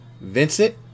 Vincent